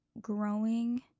growing